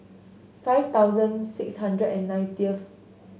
five thousand six hundred and nineteenth